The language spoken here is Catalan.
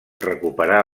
recuperar